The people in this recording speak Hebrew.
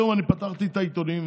היום פתחתי את העיתונים,